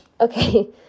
Okay